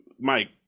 Mike